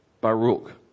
Baruch